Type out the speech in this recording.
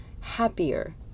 happier